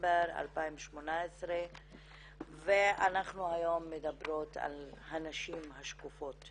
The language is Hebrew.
לדצמבר 2018. אנחנו היום מדברות על הנשים השקופות,